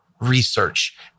research